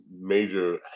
major